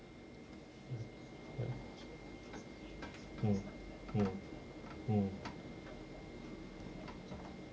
mm ya ya mm mm mm